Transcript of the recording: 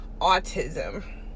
autism